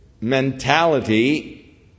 mentality